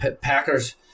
Packers